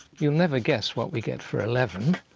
you'll never guess what we get for eleven